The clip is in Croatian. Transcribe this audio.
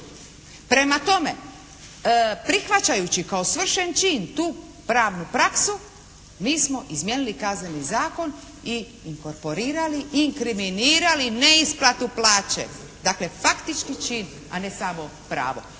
Prema tome prihvaćajući kao svršen čin tu pravnu praksu mi smo izmijenili Kazneni zakon i inkorporirali, inkriminirali neisplatu plaće. Dakle faktični čin, a ne samo pravo.